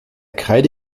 kreide